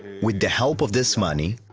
with the help of this money,